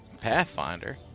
Pathfinder